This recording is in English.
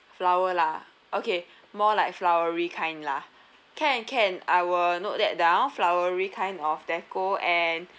flower lah okay more like flowery kind lah can can I will note that down flowery kind of deco and